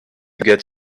get